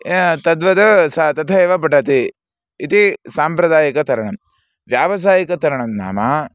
तद्वत् सः तथैव पठति इति साम्प्रदायिकतरणं व्यावसायिकतरणं नाम